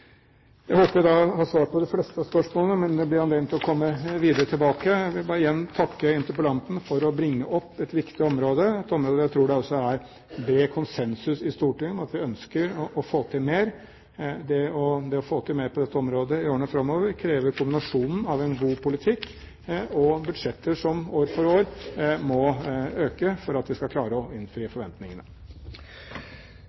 Jeg håper jeg da har svart på de fleste spørsmålene, men det blir anledning til å komme tilbake. Jeg vil igjen takke interpellanten for å bringe opp et viktig område, et område hvor jeg tror det også er bred konsensus i Stortinget om at vi ønsker å få til mer. Det å få til mer på dette området i årene framover krever kombinasjonen av en god politikk og budsjetter som år for år må øke for at vi skal klare å innfri